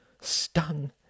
stung